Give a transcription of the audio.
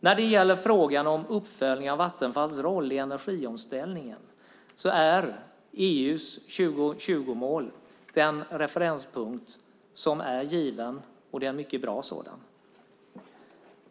I fråga om uppföljningen av Vattenfalls roll i energiomställningen är EU:s 2020-mål den referenspunkt som är given. Det är en mycket bra sådan.